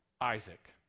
Isaac